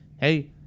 Hey